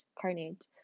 carnage